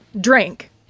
drink